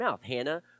Hannah